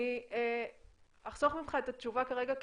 אני אחסוך ממך את התשובה כרגע,